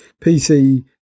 PC